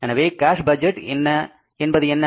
எனவே cash budget என்பது என்ன